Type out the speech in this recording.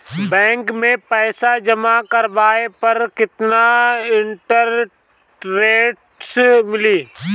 Bank में पईसा जमा करवाये पर केतना इन्टरेस्ट मिली?